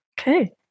okay